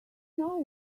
know